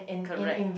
correct